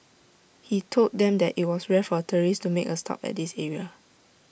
he told them that IT was rare for tourists to make A stop at this area